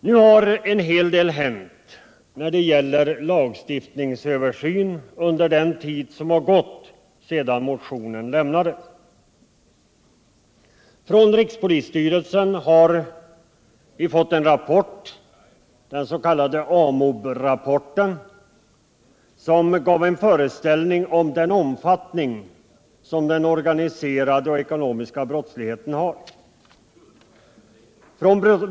Nu har en hel del hänt när det gäller lagstiftningsöversyn under den tid som har gått sedan motionen lämnades. Från rikspolisstyrelsen har vi fått en rapport, den s.k. AMOB-rapporten, som gav en föreställning om den omfattning som den organiserade och ekonomiska brottsligheten har.